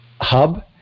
hub